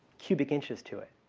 cubic inches to it.